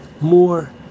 more